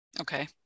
Okay